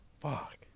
Fuck